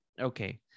Okay